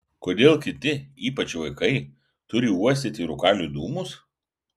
kodėl kiti ypač vaikai turi uostyti rūkalių dūmus